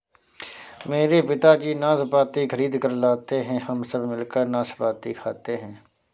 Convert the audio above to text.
मेरे पिताजी नाशपाती खरीद कर लाते हैं हम सब मिलकर नाशपाती खाते हैं